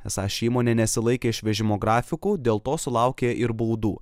esą ši įmonė nesilaikė išvežimo grafikų dėl to sulaukė ir baudų